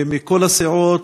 מכל הסיעות,